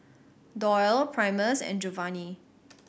Doyle Primus and Jovanny